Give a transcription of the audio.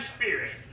spirit